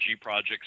projects